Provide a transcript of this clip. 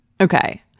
Okay